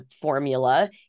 formula